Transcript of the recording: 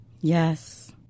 Yes